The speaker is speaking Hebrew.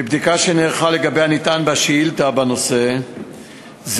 מבדיקה שנערכה לגבי הנטען בשאילתה בנושא זה